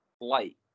light